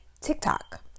TikTok